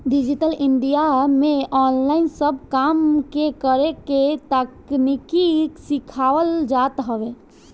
digital India में online सब काम के करेके तकनीकी सिखावल जात हवे